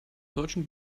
deutschen